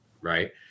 right